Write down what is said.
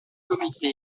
comité